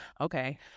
Okay